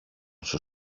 σου